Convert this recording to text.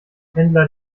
pendler